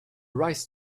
rise